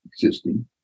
existing